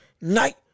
night